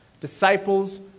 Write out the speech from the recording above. Disciples